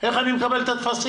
איך אני מקבל את הטפסים?